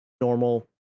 normal